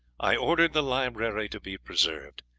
i ordered the library to be preserved,